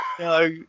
No